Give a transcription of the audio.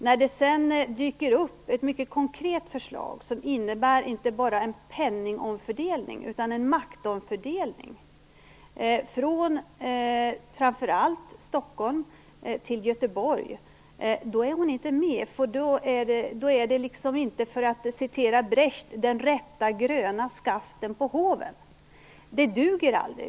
När det sedan dyker upp ett mycket konkret förslag som innebär inte bara en penningomfördelning utan en maktomfördelning, framför allt från Stockholm till Göteborg, är hon inte med, för då är det inte, för att fritt citera den store dramatikern, den rätta gröna färgen på håven. Det duger aldrig.